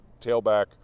tailback